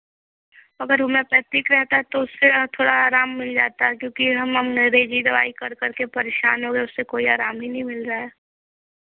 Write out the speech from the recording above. अगर होमियोपैथिक रहता तो थोड़ा आराम मिल जाता क्योंकि हम मम अंगरेजी दवाई कर करके परेशान हुए उससे कोई आराम भी नहीं मिल रहा है